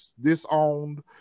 disowned